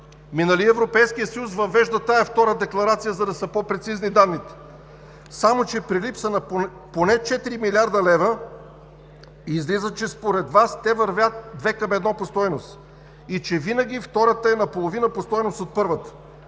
нали Европейският съюз въвежда тази втора декларация, за да са по-прецизни данните? Само че при липса на поне 4 млрд. лв. излиза, че според Вас те вървят две към едно по стойност и че винаги втората е наполовина по стойност от първата.